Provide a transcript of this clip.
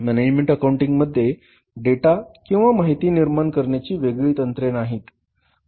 management अकाऊण्टिंगमध्ये data किंवा माहिती निर्माण करण्याची वेगळी तंत्रे नाहीत